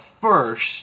first